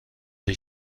des